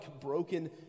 broken